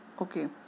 Okay